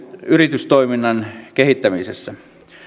yritystoiminnan kehittämisessä